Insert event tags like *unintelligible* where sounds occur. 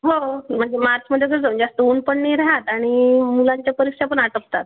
हो मनजे मार्चमध्ये *unintelligible* तर ऊन पण नाही राहात आणि मुलांच्या परीक्षा पण आटोपतात